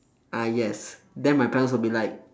ah yes then my parents will be like